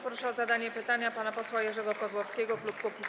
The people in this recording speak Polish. Proszę o zadanie pytania pana posła Jerzego Kozłowskiego, klub Kukiz’15.